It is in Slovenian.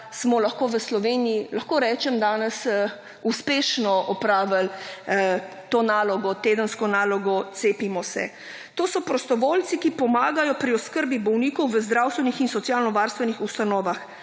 smo lahko v Sloveniji, lahko rečem danes, uspešno opravili to nalogo, tedensko nalogo cepimo se. To so prostovoljci, ki pomagajo pri oskrbi bolnikov v zdravstvenih in socialno-varstvenih ustanovah,